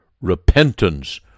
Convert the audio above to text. repentance